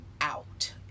out